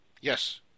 Yes